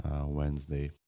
Wednesday